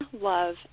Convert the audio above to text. love